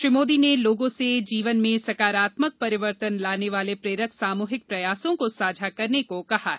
श्री मोदी ने लोगों से जीवन में सकारात्मक परिवर्तन लाने वाले प्रेरक सामुहिक प्रयासों को साझा करने को कहा है